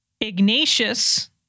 Ignatius